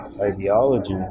ideology